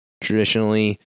Traditionally